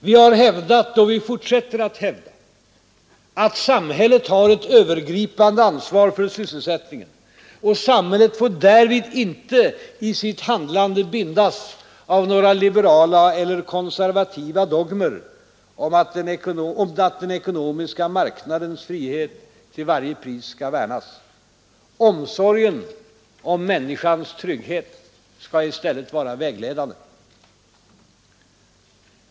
Vi har hävdat och vi fortsätter att hävda att samhället har ett övergripande ansvar för sysselsättningen, och samhället får därvid inte i sitt handlande bindas av några liberala eller konservativa dogmer om att den ekonomiska marknadens frihet till varje pris skall värnas. Omsorgen om människans trygghet skall i stället vara vägledande.